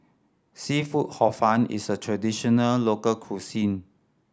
seafood Hor Fun is a traditional local cuisine